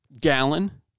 gallon